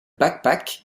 backpack